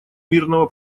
мирного